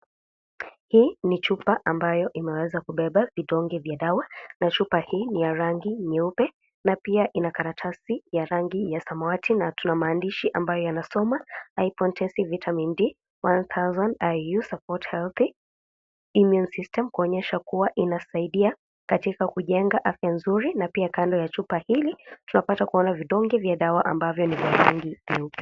Hii ni chupa ambayo imeweza kubeba vidonge vya dawa na chupa hii ni ya rangi nyeupe na pia ina karatasi ya rangi ya samawati na tuna maandishi ambayo yanasoma (CS)high contest vitD 100IU, support health immune system(CS)kuonyesha kuwa inasaidia katika kujenga afya nzuri na pia Kando ya chupa hili tunapata kuona vidonge vya dawa ambavyo Lina kifuniko nyeupe.